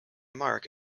mark